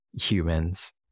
humans